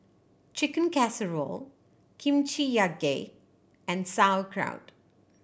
Chicken Casserole Kimchi Jjigae and Sauerkraut